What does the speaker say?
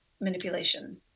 manipulation